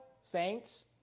Saints